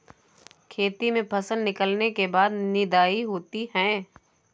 खेती में फसल निकलने के बाद निदाई होती हैं?